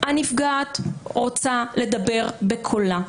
הנפגעת רוצה לדבר בקולה.